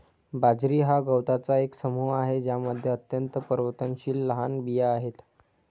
बाजरी हा गवतांचा एक समूह आहे ज्यामध्ये अत्यंत परिवर्तनशील लहान बिया आहेत